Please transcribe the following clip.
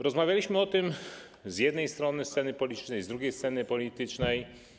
Rozmawialiśmy o tym z jednej strony sceny politycznej, z drugiej strony sceny politycznej.